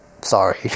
sorry